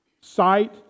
sight